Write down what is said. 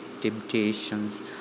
temptations